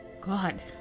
God